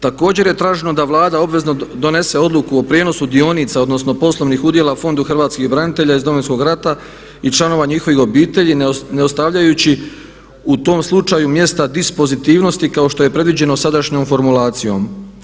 Također je traženo da Vlada obvezno donese odluku o prijenosu dionica, odnosno poslovnih udjela Fondu hrvatskih branitelja iz Domovinskog rata i članova njihovih obitelji ne ostavljajući u tom slučaju mjesta dispozitivnosti kao što je predviđeno sadašnjom formulacijom.